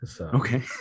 okay